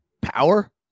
power